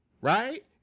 right